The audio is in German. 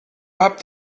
habt